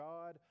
God